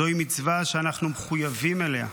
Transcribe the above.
זוהי מצווה שאנחנו מחויבים אליה,